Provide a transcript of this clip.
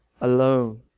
alone